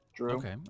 Okay